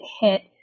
hit